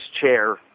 chair